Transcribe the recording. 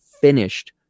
finished